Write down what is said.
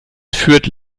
fürth